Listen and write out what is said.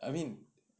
I mean